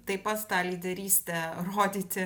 tai pat tą lyderystę rodyti